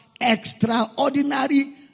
extraordinary